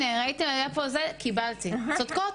צודקות.